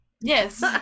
Yes